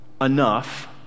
enough